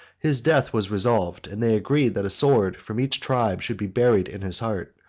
his death was resolved and they agreed that a sword from each tribe should be buried in his heart,